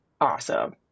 awesome